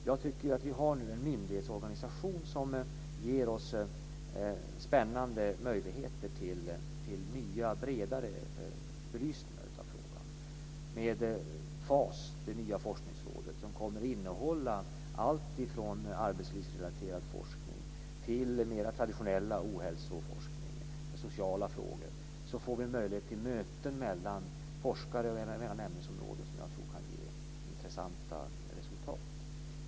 Jag tycker att vi nu har en myndighetsorganisation som ger oss spännande möjligheter till nya bredare belysningar av frågan. Med FAS, det nya forskningsrådet, som kommer att innehålla alltifrån arbetslivsrelaterad forskning till den mera traditionella ohälsoforskningen och sociala frågor får vi en möjlighet till möten mellan forskare och även mellan ämnesområden som jag tror kan ge intressanta resultat.